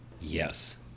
Yes